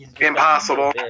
Impossible